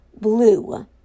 blue